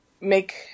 make